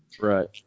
Right